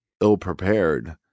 ill-prepared